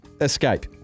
escape